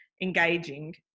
engaging